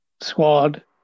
squad